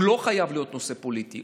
הוא לא חייב להיות נושא פוליטי.